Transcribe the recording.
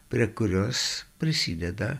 prie kurios prisideda